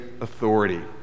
authority